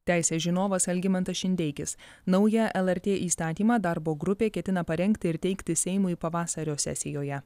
teisės žinovas algimantas šindeikis naują lrt įstatymą darbo grupė ketina parengti ir teikti seimui pavasario sesijoje